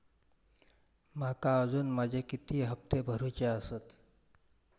माका अजून माझे किती हप्ते भरूचे आसत?